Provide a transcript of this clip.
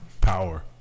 Power